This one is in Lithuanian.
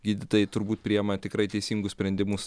gydytojai turbūt priima tikrai teisingus sprendimus